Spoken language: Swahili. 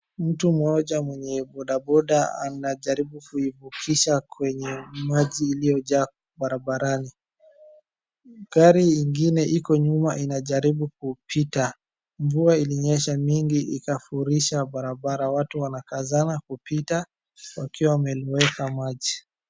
Mtu mmoja mwenye boda boda anajaribu kuivukisha kwenye maji iliyojaa barabarani. Gari ingine iko nyuma inajaribu kupita. Mvua ilinyesha mingi ikafurisha barabara. watu wanakazana kupita wakiwa wameroweka maji.